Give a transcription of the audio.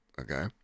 Okay